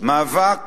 מאבק